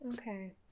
okay